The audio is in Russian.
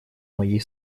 моей